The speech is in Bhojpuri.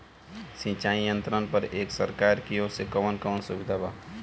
सिंचाई यंत्रन पर एक सरकार की ओर से कवन कवन सुविधा बा?